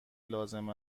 لازم